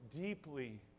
deeply